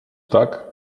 tak